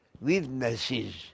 witnesses